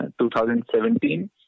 2017